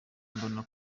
mbona